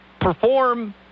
perform